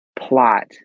plot